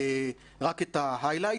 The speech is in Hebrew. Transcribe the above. רק את הכותרות,